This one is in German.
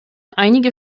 einige